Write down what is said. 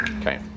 Okay